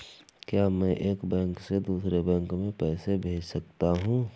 क्या मैं एक बैंक से दूसरे बैंक में पैसे भेज सकता हूँ?